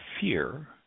fear